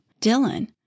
Dylan